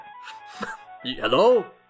Hello